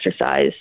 exercise